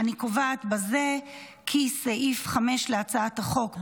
אני קובעת בזה כי סעיף 5 להצעת החוק,